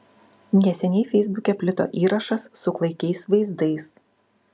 neseniai feisbuke plito įrašas su klaikiais vaizdais